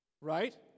Right